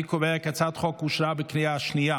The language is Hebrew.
אני קובע כי הצעת החוק אושרה בקריאה שנייה.